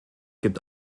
gibt